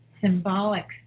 symbolic